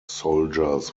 soldiers